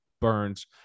Burns